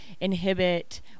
inhibit